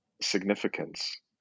significance